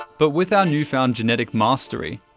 but with our newfound genetic mastery,